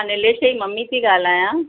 मां नीलेश जी ममी थी ॻाल्हायां